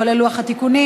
כולל לוח התיקונים.